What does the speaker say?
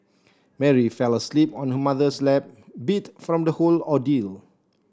Mary fell asleep on her mother's lap beat from the whole ordeal